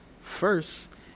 First